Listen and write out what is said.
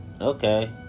okay